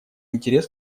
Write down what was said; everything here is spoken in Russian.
интерес